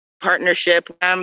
partnership